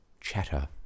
Chatter